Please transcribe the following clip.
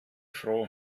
froh